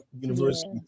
university